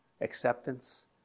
acceptance